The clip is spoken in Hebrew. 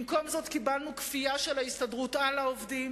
במקום זאת, קיבלנו כפייה של ההסתדרות על העובדים.